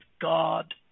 God